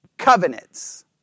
covenants